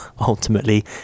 ultimately